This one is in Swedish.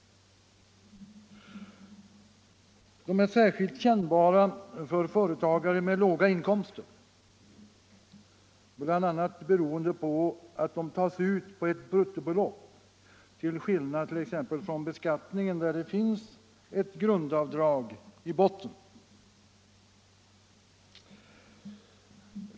De är särskilt kännbara för företagare med låga inkomster, bl.a. beroende på att de tas ut på ett bruttobelopp, till skillnad från t.ex. vad som är fallet inom inkomstbeskattningen, där det finns ett grundavdrag i botten.